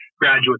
graduate